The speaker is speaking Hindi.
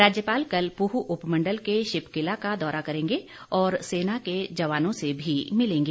राज्यपाल कल प्रॅह उपमण्डल के शिपकिला का दौरा करेंगे और सेना के जवानो से भी मिलेंगे